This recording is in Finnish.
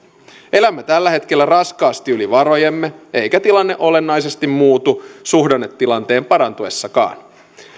elämme tällä hetkellä raskaasti yli varojemme eikä tilanne olennaisesti muutu suhdannetilanteen parantuessakaan